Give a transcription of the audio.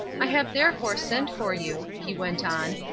i have therefore sent for you, he went on,